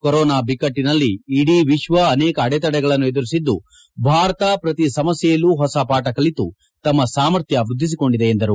corona ಬಿಕ್ಕಟ್ಟನಲ್ಲಿ ಇಡೀ ವಿಶ್ವ ಅನೇಕ ಅಡೆತಡೆಗಳನ್ನು ಎದುರಿಸಿದ್ದು ಭಾರತ ಪ್ರತಿ ಸಮಸ್ಕೆಯಲ್ಲೂ ಹೊಸ ಪಾಠ ಕಲಿತು ತನ್ನ ಸಾಮರ್ಥ್ಯ ವೃದ್ಧಿಸಿಕೊಂಡಿದೆ ಎಂದರು